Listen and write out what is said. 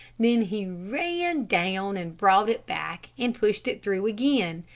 then he ran down and brought it back and pushed it through again.